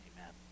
amen